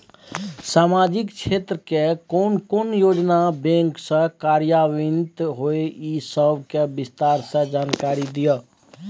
सामाजिक क्षेत्र के कोन कोन योजना बैंक स कार्यान्वित होय इ सब के विस्तार स जानकारी दिय?